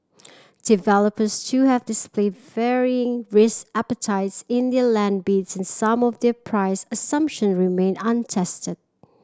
developers too have displayed varying risk appetites in their land bids and some of their price assumption remain untested